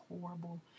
horrible